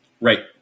Right